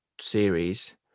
series